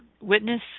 witness